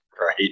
Right